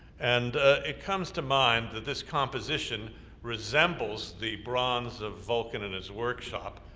and it comes to mind that this composition resembles the bronze of vulcan and his workshop,